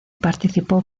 participó